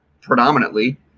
predominantly